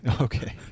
okay